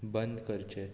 बंद करचें